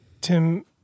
Tim